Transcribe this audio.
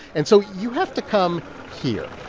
and so you have to come here